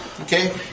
Okay